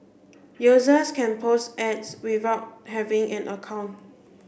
users can post ads without having an account